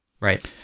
Right